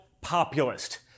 populist